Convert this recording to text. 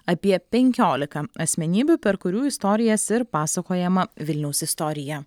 apie penkiolika asmenybių per kurių istorijas ir pasakojama vilniaus istorija